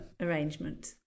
arrangement